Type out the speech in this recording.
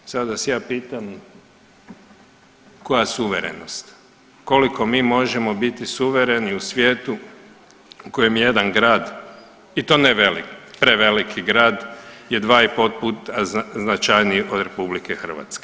I sad vas ja pitam koja suverenost, koliko mi možemo biti suvereni u svijetu u kojem jedan grad i to ne velik, preveliki grad je 2,5 puta značajniji od RH.